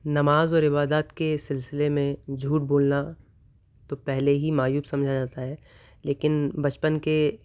نماز اور عبادات کے سلسلے میں جھوٹ بولنا تو پہلے ہی معیوب سمجھا جاتا ہے لیکن بچپن کے